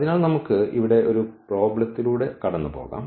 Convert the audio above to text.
അതിനാൽ നമുക്ക് ഇവിടെ ഒരു പ്രോബ്ലത്തിലൂടെ കടന്നുപോകാം